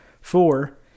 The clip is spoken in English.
Four